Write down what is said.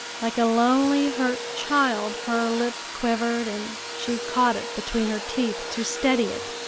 like a lonely, hurt child her lip quivered, and she caught it between her teeth to steady it.